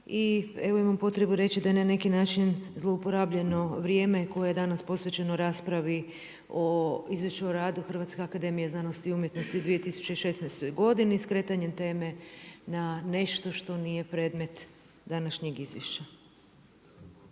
…i evo imam potrebu reći, da je na neki način zlouporabljeno vrijeme koje je danas posvećeno raspravi o Izvješću o radu HAZU-a u 2016. godini, skretanjem teme na nešto što nije predmet današnjeg izvješća.